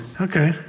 Okay